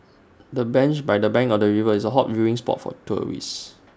the bench by the bank of the river is A hot viewing spot for tourists